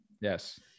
Yes